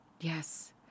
Yes